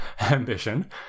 ambition